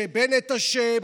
שבנט אשם.